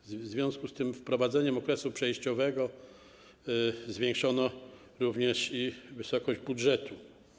W związku z wprowadzeniem okresu przejściowego zwiększono również wysokość budżetu.